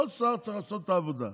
כל שר צריך לעשות את העבודה,